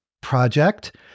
project